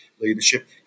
leadership